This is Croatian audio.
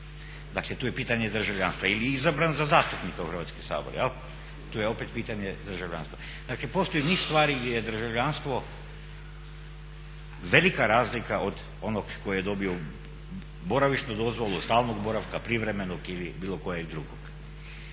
dakle to je pitanje državljanstva ili izabran za zastupnika u Hrvatski sabor jel, tu je opet pitanje državljanstva. Dakle postoji niz stvari gdje državljanstvo velika razlika od onoga koji je dobio boravišnu dozvolu od stalnog boravka, privremenog ili bilo kojeg drugog.